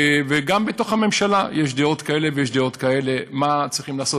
וגם בתוך הממשלה יש דעות כאלה ודעות כאלה מה צריך לעשות.